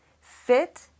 fit